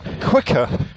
quicker